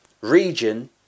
region